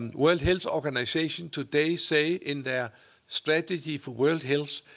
and world health organization today say in their strategy for world health,